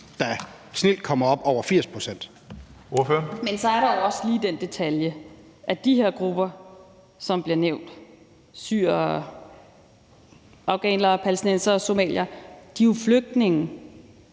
Zenia Stampe (RV): Men så er der jo også lige den detalje, at de her grupper, som bliver nævnt, altså syrere, afghanere, palæstinensere og somaliere, jo er flygtninge.